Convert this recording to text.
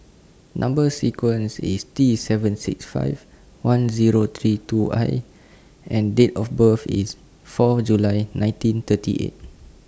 Number sequence IS T seven six five one Zero three two I and Date of birth IS four July nineteen thirty eight